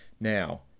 Now